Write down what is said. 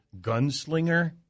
gunslinger